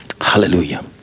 Hallelujah